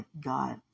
God